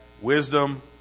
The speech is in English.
wisdom